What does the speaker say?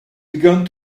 began